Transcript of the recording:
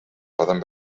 poden